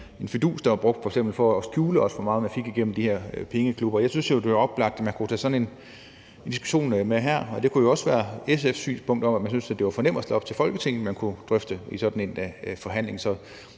var der blevet brugt en fidus for at skjule, hvor meget man fik igennem de her pengeklubber. Jeg synes jo, det ville være oplagt at tage sådan en diskussion med her, og det kunne jo også være SF's synspunkt om, at det er for nemt at stille op til Folketinget, man kunne drøfte i sådan en forhandling.